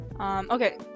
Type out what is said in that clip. Okay